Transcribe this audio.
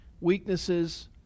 weaknesses